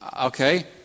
Okay